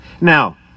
Now